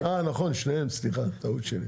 נכון, שניהם, סליחה, טעות שלי.